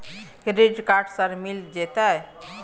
Credit card sir मिल जेतै?